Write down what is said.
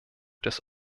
des